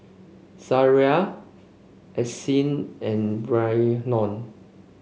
Zariah Ardyce and Reynold